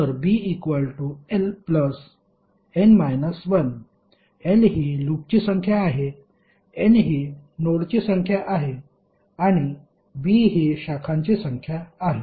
तर b l n 1 l ही लूपची संख्या आहे n ही नोडची संख्या आहे आणि b ही शाखांची संख्या आहे